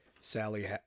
Sally